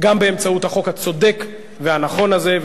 גם באמצעות החוק הצודק והנכון הזה,